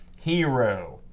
Hero